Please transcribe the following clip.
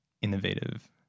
innovative